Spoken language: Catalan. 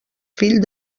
fill